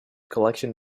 collection